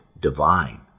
divine